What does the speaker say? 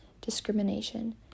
Discrimination